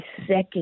second